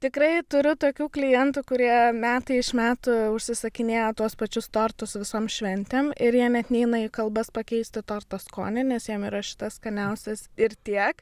tikrai turiu tokių klientų kurie metai iš metų užsisakinėja tuos pačius tortus visom šventėm ir jie net neina į kalbas pakeisti torto skonį nes jiem yra šitas skaniausias ir tiek